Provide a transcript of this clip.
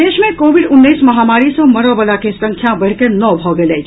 प्रदेश मे कोविड उन्नैस महामारी सँ मरऽ बला के संख्या बढ़ि कऽ नओ भऽ गेल अछि